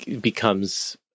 becomes